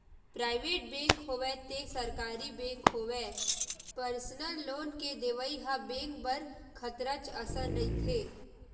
private bank होवय ते सरकारी बेंक होवय परसनल लोन के देवइ ह बेंक बर खतरच असन रहिथे